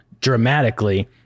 dramatically